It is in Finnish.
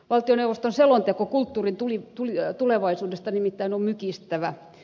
valtioneuvoston selonteko kulttuurin tulevaisuudesta nimittäin on mykistävä